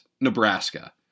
Nebraska